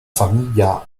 famiglia